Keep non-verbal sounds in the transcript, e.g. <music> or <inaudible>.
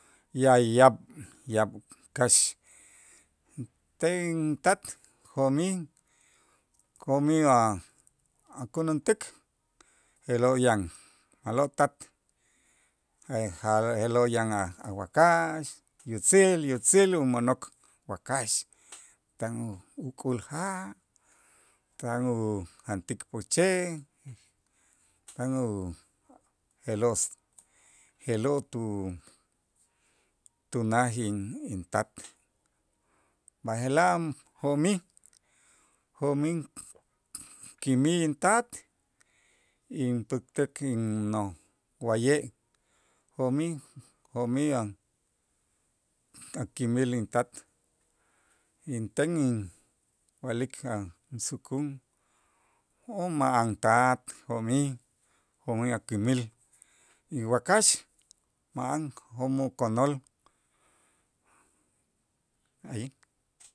ya yaab' kax ten tat jo'mij jo'mij a- akänäntik je'lo' yan a'lo' tat <unintelligible> je'lo' yan a' wakax yutzil yutzil umo'nok wakax, tan u- uk'ul ja', tan ujantik pokche', tan u je'lo' <noise> je'lo' tu tunaj intat b'aje'laj jo'mij jo'mij kimij intat inpäktej kin no wa'ye' jo'mij jo'mij a' a' kimil intat inten inwa'lik asukun o ma'an tat jo'mij, jo'mij a kimil y wakax ma'an jo'mo' konol. allí